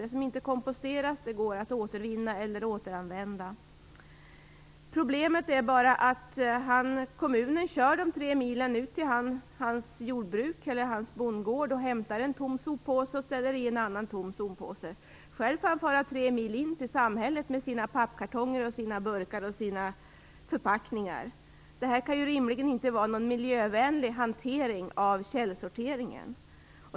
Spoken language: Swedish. Det som komposteras går att återvinna eller återanvända. Problemet är bara att man från kommunen kör de tre milen ut till hans bondgård, där man hämtar en tom soppåse och ställer dit en annan tom soppåse. Själv får han fara tre mil in till samhället med sina pappkartonger, burkar och förpackningar. Detta kan ju rimligen inte vara någon miljövänlig hantering av källsorteringen.